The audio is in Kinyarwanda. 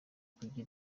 kujya